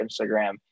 Instagram